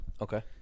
okay